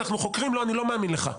אנחנו חוקרים אני לא מאמין לך.